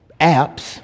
apps